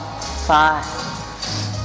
five